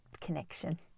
connection